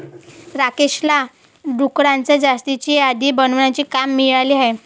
राकेशला डुकरांच्या जातींची यादी बनवण्याचे काम मिळाले आहे